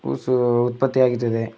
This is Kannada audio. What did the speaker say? ಉಸು ಉತ್ಪತ್ತಿಯಾಗುತ್ತದೆ